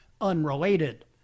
unrelated